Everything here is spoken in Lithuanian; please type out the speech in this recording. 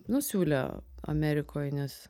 nu siūlė amerikoj nes